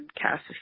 cast